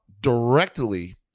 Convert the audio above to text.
directly